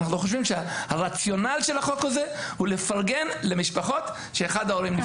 אנחנו חושבים שהרציונל של החוק הזה הוא לפרגן למשפחות שאחד ההורים נפטר.